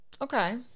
Okay